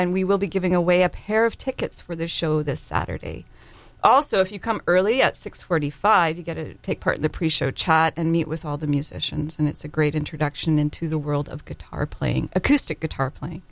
and we will be giving away a pair of tickets for the show this saturday also if you come early at six forty five you get to take part in the pre show chat and meet with all the musicians and it's a great introduction into the world of guitar playing acoustic guitar playing